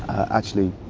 actually,